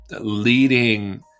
leading